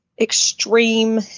extreme